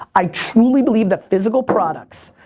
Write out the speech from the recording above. i truly believe that physical products,